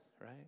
right